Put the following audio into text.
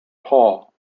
paul